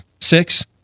six